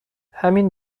همین